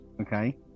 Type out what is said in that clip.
okay